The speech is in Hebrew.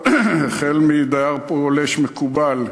החל מדייר פולש מקובל,